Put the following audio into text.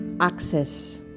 access